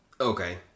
Okay